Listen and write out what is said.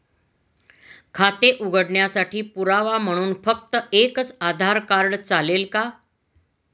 खाते उघडण्यासाठी पुरावा म्हणून फक्त एकच आधार कार्ड चालेल का?